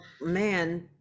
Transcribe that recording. man